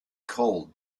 called